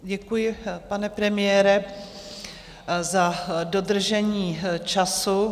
Děkuji, pane premiére, za dodržení času.